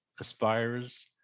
aspires